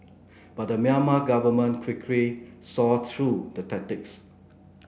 but the Myanmar government quickly saw through the tactics